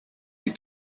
you